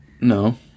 No